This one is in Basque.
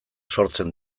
sortzen